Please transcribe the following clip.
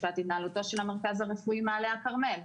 המשפט התנהלותו של המרכז הרפואי מעלה הכרמל".